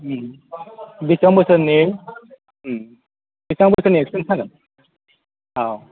बेसेबां बोसोरनि बेसेबां बोसोरनि एक्सपिरेन्स नांगोन औ